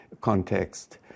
context